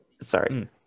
sorry